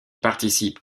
participe